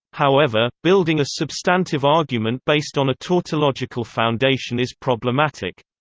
however, building a substantive argument based on a tautological foundation is problematic.